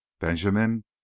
Benjamin